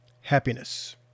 happiness